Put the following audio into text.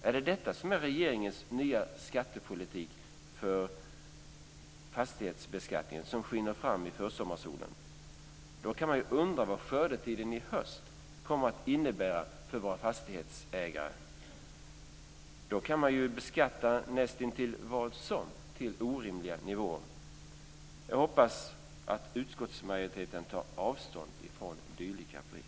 Är detta regeringens nya skattepolitik för fastighetsbeskattningen som skiner fram i försommaren? Då kan man undra vad skördetiden i höst kommer att innebära för våra fastighetsägare. Då kan ju nästintill vad som helst beskattas till orimliga nivåer. Jag hoppas att utskottsmajoriteten tar avstånd från dylika brev.